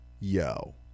Yo